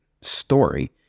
story